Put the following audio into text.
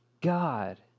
God